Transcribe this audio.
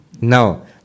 No